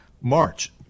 March